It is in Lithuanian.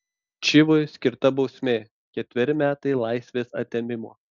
čivui skirta bausmė ketveri metai laisvės atėmimo